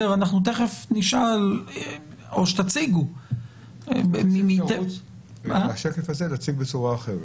אנחנו תכף נשאל או שתציגו --- את השקף הזה צריך להציג בצורה אחרת.